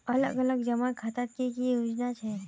अलग अलग जमा खातार की की योजना छे?